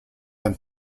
than